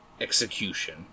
execution